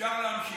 אפשר להמשיך.